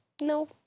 no